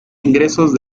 ingresos